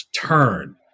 turn